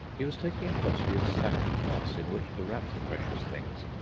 he was taking a quantity of sphagnum moss in which to wrap the precious things,